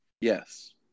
Yes